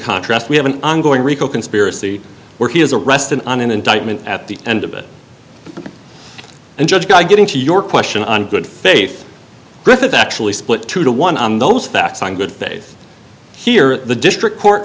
contrast we have an ongoing rico conspiracy where he is arrested on an indictment at the end of it and judge guy getting to your question on good faith with actually split two to one on those facts on good faith here at the district court